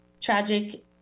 tragic